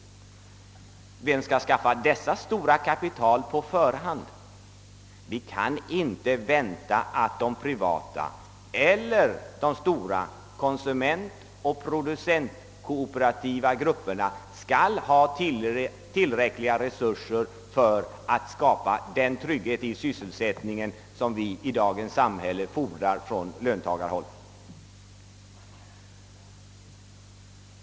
Vem skall nu skaffa dessa stora kapital på förhand? Vi kan inte räkna med att privatföretagen eller de stora konsumentoch producentkooperativa organisationerna har tillräckliga resurser för att skapa den trygghet i sysselsättningen som vi löntagare i dagens samhälle fordrar.